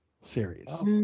series